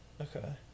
Okay